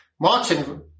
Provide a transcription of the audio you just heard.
Martin